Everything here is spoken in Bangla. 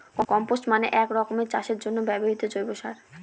কম্পস্ট মানে এক রকমের চাষের জন্য ব্যবহৃত জৈব সার